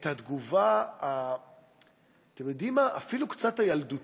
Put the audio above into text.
את התגובה אתם יודעים מה, אפילו קצת ילדותית,